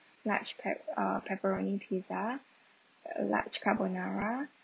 large pe~ uh pepperoni pizza uh large carbonara